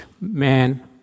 man